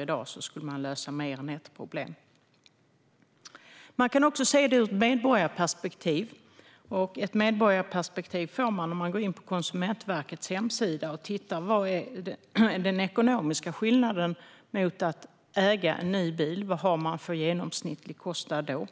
i dag skulle man kunna lösa fler än ett problem. Man kan också se det ur ett medborgarperspektiv. Man kan gå in på Konsumentverkets hemsida och titta på vad som är den ekonomiska skillnaden jämfört med att äga en ny bil: Vad har man för genomsnittlig kostnad?